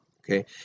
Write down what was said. Okay